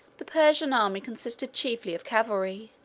the persian army consisted chiefly of cavalry.